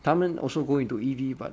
他们 also go into E_V [what]